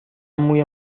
موی